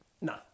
No